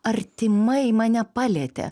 artimai mane palietė